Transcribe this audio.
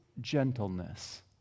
gentleness